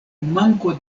manko